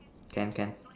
can can